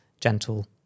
gentle